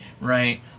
right